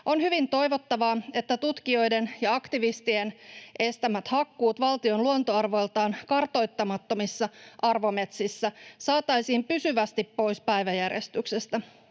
On hyvin toivottavaa, että tutkijoiden ja aktivistien estämät hakkuut valtion luontoarvoiltaan kartoittamattomissa arvometsissä saataisiin pysyvästi pois päiväjärjestyksestä,